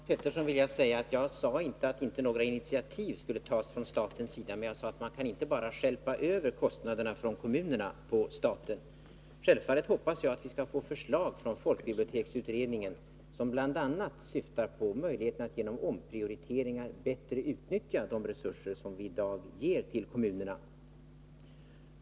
Herr talman! Till Hans Petersson i Hallstahammar vill jag säga att jag inte sade att några initiativ inte skulle tas från statens sida. Vad jag sade var att man inte bara kan stjälpa över kostnaderna från kommunerna på staten. Självfallet hoppas jag att vi skall få förslag från folkbiblioteksutredningen, som bl.a. syftar till att genom omprioriteringar bättre utnyttja de resurser som vi i dag ger till kommunerna.